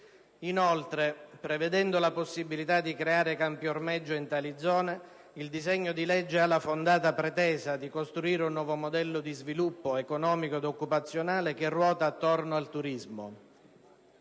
Inoltre, prevedendo la possibilità di creare campi ormeggio in tali zone, il disegno di legge ha la fondata pretesa di costruire un nuovo modello di sviluppo economico ed occupazionale che ruota attorno al turismo.